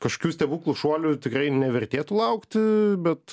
kažkokių stebuklų šuolių tikrai nevertėtų laukti bet